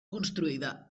construïda